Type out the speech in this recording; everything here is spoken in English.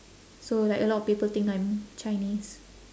so like a lot of people think I'm chinese